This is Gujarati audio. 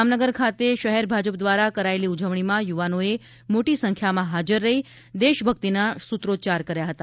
જામનગર ખાતે શહેર ભાજપ દ્વારા કરાયેલી ઉજવણીમાં યુવાનોએ મોટી સંખ્યામાં હાજર રહી દેશભક્તિના સુત્રોચ્ચાર કર્યા હતા